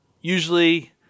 usually